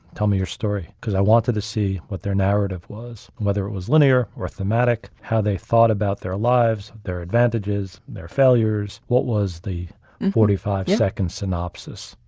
tell me your story, because i wanted to see what their narrative was, whether it was linear or thematic, how they thought about their lives, their advantages, their failures, what was the forty five second synopsis.